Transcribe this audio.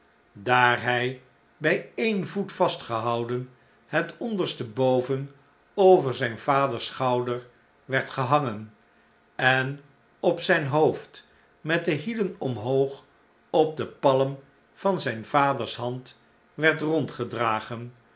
daar hij bij een voet vastgehouden het onderste boven over zijn vaders schouder werd gehangen en op zijn hoofd met de hielen omhoog op de palm van zijn vaders hand werd